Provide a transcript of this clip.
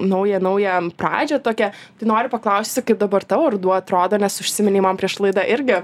naują naują pradžią tokią tai noriu paklausti kaip dabar tavo ruduo atrodo nes užsiminei man prieš laidą irgi